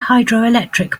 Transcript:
hydroelectric